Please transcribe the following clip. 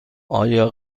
آیا